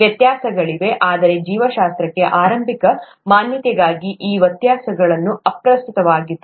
ವ್ಯತ್ಯಾಸಗಳಿವೆ ಆದರೆ ಜೀವಶಾಸ್ತ್ರಕ್ಕೆ ಆರಂಭಿಕ ಮಾನ್ಯತೆಗಾಗಿ ಆ ವ್ಯತ್ಯಾಸಗಳು ಅಪ್ರಸ್ತುತವಾಗುತ್ತದೆ